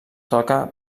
toca